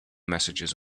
messages